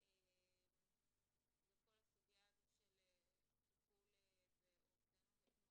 לכל הסוגיה הזו של הטיפול באובדנות,